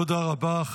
תודה רבה.